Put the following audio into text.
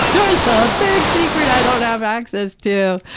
there is but a big secret i don't have access to.